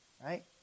right